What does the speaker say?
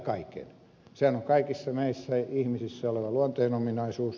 sehän on kaikissa meissä ihmisissä oleva luonteenominaisuus